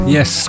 Yes